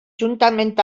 juntament